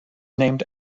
named